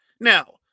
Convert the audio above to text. Now